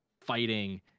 fighting